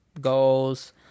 goals